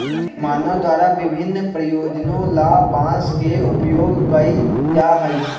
मानव द्वारा विभिन्न प्रयोजनों ला बांस के उपयोग कइल जा हई